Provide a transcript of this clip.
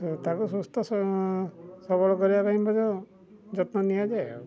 ତାକୁ ସୁସ୍ଥ ସବଳ କରିବା ପାଇଁ ମଧ୍ୟ ଯତ୍ନ ନିଆଯାଏ ଆଉ